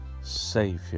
Savior